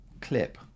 clip